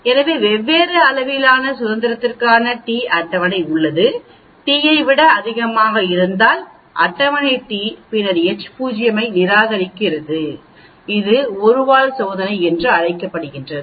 எனவே வெவ்வேறு அளவிலான சுதந்திரத்திற்கான அட்டவணை t உள்ளது T ஐ விட அதிகமாக இருந்தால் அட்டவணை t பின்னர் H0 ஐ நிராகரிக்கிறது இது 1 வால் சோதனையைப் பயன்படுத்துகிறோம்